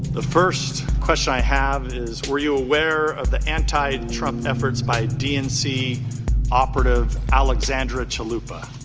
the first question i have is, were you aware of the anti-trump efforts by dnc operative, alexandra chalupa?